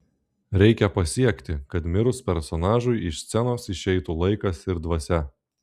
reikia pasiekti kad mirus personažui iš scenos išeitų laikas ir dvasia